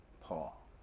Paul